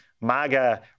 MAGA